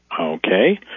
Okay